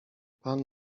pan